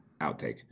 outtake